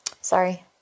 Sorry